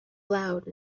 loud